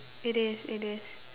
it is it is